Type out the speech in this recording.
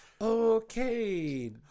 Okay